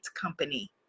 company